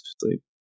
sleep